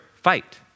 fight